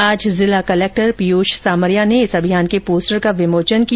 आज जिला कलेक्टर पीयूष सामरिया ने इस अभियान के पोस्टर का विमोचन किया